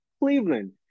Cleveland